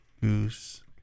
Goose